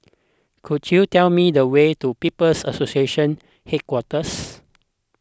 could you tell me the way to People's Association Headquarters